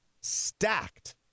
stacked